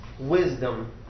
wisdom